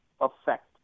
affect